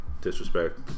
disrespect